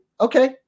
okay